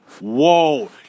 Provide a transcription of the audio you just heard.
Whoa